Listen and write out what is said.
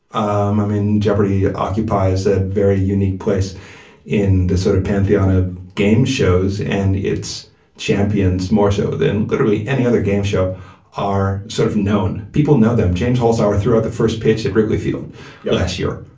um i mean, jeopardy! occupies a very unique place in the sort of pantheon of game shows and its champions more so than literally any other game show are sort of known. people know them. james holshouser threw out the first pitch at wrigley field last year.